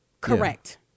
correct